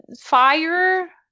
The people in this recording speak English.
Fire